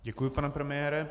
Děkuji, pane premiére.